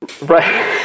right